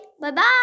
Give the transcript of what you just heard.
Bye-bye